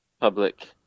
public